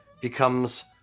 becomes